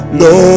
no